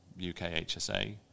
UKHSA